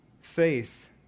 faith